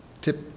tip